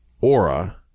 aura